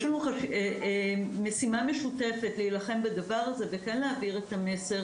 יש לנו משימה משותפת להילחם בדבר הזה וכן להעביר את המסר